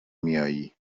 میائی